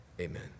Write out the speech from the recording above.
Amen